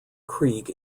creek